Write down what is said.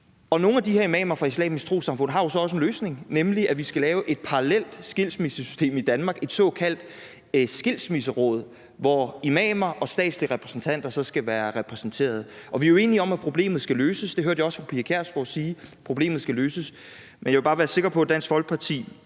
Nogle af de her imamer fra Islamisk Trossamfund har jo så også en løsning, nemlig at vi skal lave et parallelt skilsmissesystem i Danmark, et såkaldt skilsmisseråd, hvor imamer og statslige repræsentanter så skal være repræsenteret. Vi er jo enige om, at problemet skal løses. Det hørte jeg også fru Pia Kjærsgaard sige: Problemet skal løses. Men jeg vil bare være sikker på, at Dansk Folkeparti